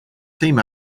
team